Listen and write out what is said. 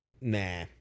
nah